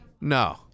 No